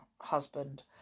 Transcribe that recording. husband